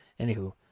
Anywho